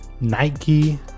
Nike